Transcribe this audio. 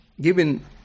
Given